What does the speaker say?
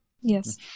Yes